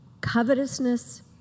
covetousness